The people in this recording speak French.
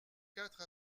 quatre